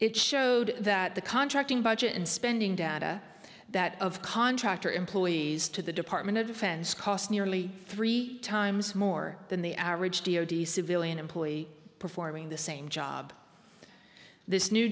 it showed that the contracting budget and spending data that of contractor employees to the department of defense cost nearly three times more than the average d o d civilian employee performing the same job this new